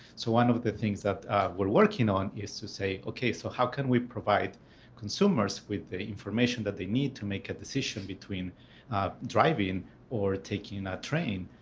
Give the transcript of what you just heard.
so one of the things that we're working on is to say, ok, so how can we provide consumers with the information that they need to make a decision between driving or taking a train?